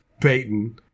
Payton